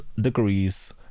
degrees